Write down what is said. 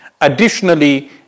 Additionally